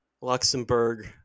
Luxembourg